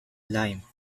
lime